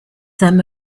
them